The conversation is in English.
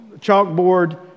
chalkboard